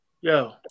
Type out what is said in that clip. Yo